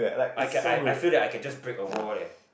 I can I I feel that I can just break a wall leh